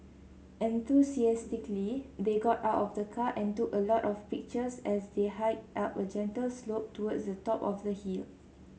enthusiastically they got out of the car and took a lot of pictures as they hiked up a gentle slope towards the top of the hill